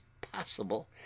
possible